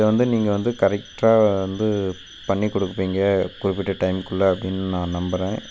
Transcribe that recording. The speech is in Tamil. இதை வந்து நீங்கள் வந்து கரெக்டாக வந்து பண்ணிக் கொடுப்பீங்க குறிப்பிட்ட டைமுக்குள்ள அப்படின்னு நான் நம்புகிறேன்